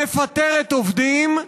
מפטרת עובדים,